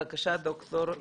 בבקשה, ד"ר לקסר.